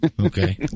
Okay